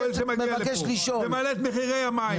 פועל שמגיע לפה ומעלה את מחירי המים,